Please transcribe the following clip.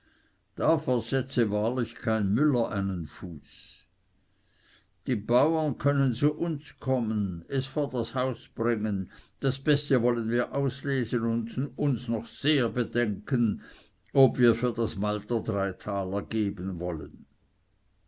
da versetze wahrlich kein müller einen fuß die bauern können zu uns kommen es vor das haus bringen das beste wollen wir auslesen uns noch sehr bedenken ob wir für das malter drei taler geben wollen